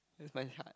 where's my heart